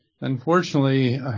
unfortunately